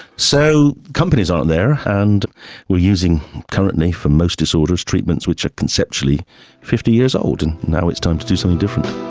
so companies aren't there, and we are using currently for most disorders treatments which are conceptually fifty years old, and now it's time to do something different.